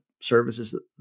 services